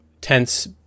tense